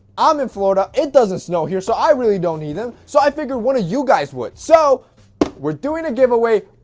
i'm in florida it doesn't snow here so i really don't need them, so i figured one of you guys would. so we're doing a giveaway,